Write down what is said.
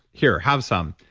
here, have some.